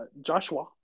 Joshua